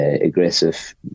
aggressive